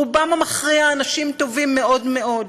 ברובם המכריע הם אנשים טובים מאוד מאוד.